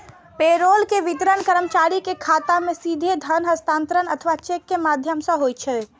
payroll के वितरण कर्मचारी के खाता मे सीधे धन हस्तांतरण अथवा चेक के माध्यम सं होइ छै